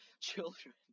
children